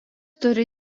turi